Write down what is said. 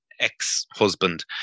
ex-husband